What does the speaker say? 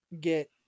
get